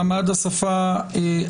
חוק ומשפט בנושא מעמד השפה הערבית,